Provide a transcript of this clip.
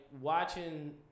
watching